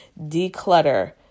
declutter